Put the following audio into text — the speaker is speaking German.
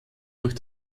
durch